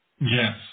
yes